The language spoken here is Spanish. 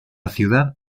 ciudad